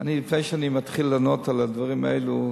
לפני שאני מתחיל לענות על הדברים האלו,